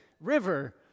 River